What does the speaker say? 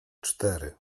cztery